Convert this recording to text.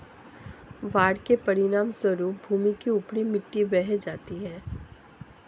बाढ़ के परिणामस्वरूप भूमि की ऊपरी मिट्टी बह जाती है